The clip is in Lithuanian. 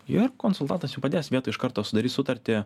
ir konsultantas jum padės vietoj iš karto sudarys sutartį